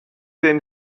den